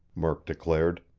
murk declared.